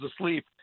asleep